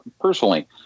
personally